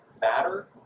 matter